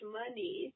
money